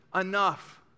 enough